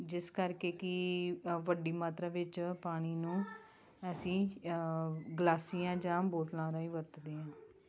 ਜਿਸ ਕਰਕੇ ਕਿ ਵੱਡੀ ਮਾਤਰਾ ਵਿੱਚ ਪਾਣੀ ਨੂੰ ਅਸੀਂ ਗਲਾਸੀਆਂ ਜਾਂ ਬੋਤਲਾਂ ਰਾਹੀਂ ਵਰਤਦੇ ਹਾਂ